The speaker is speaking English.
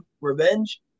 Revenge